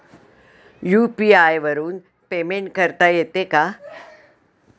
UPI वरून payment करता येते का?